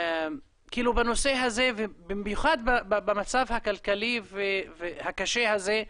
בנושא הזה, ובמיוחד, במצב הכלכלי הקשה הזה,